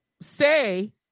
say